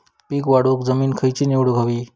पीक वाढवूक जमीन खैची निवडुक हवी?